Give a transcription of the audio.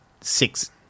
six